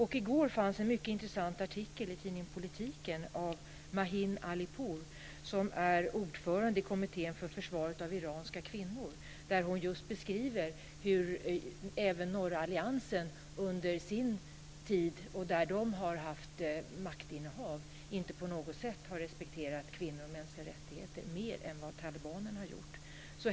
I går fanns en mycket intressant artikel i tidningen Politiken av Mahin Alipour, som är ordförande i kommittén för försvaret av iranska kvinnor, där hon just beskriver hur norra alliansen under den tid den haft maktinnehav inte på något sätt har respekterat kvinnor och mänskliga rättigheter mer än vad talibanerna har gjort.